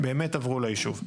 באמת עברו ליישוב.